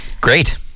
Great